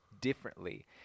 differently